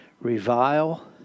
revile